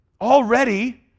Already